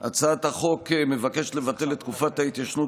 הצעת החוק מבקשת לבטל את תקופת ההתיישנות